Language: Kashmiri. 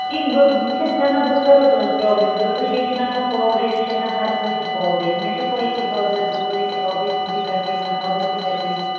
کِن بہٕ بہٕ چھَس وَنان بہٕ کَرو تُہٕنٛز پرٛابلِم دوٗر وٕچھ ییٚتہِ چھِنہٕ آسان پاورٕے سُہ چھِ آسان ہَر کٲنٛسہِ نہٕ پاورٕے مےٚ چھِ پاے ییٚتہِ چھِ بازَر دوٗر ییٚتہِ چھِ آبٕچ دِقعت یِوان آبٕچ قِلعت یِوان